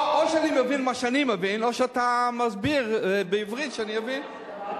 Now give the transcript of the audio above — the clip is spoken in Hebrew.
או שאני מבין מה שאני מבין או שאתה מסביר בעברית שאני אבין.